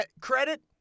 Credit